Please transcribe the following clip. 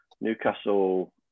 Newcastle